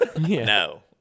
No